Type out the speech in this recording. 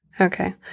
Okay